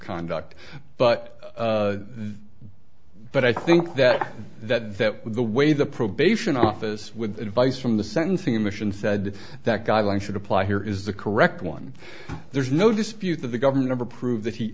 conduct but but i think that that that the way the probation office with advice from the sentencing commission said that guidelines should apply here is the correct one there's no dispute that the government ever prove that he